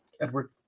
Edward